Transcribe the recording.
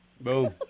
Boom